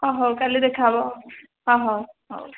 ହଁ ହଉ କାଲି ଦେଖା ହବ ହଁ ହଉ ହଉ